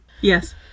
yes